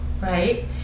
right